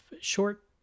short